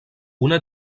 una